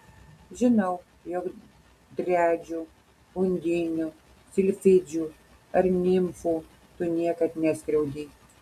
žinau jog driadžių undinių silfidžių ar nimfų tu niekad neskriaudei